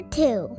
two